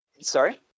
Sorry